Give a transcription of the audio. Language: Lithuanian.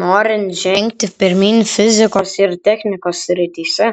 norint žengti pirmyn fizikos ir technikos srityse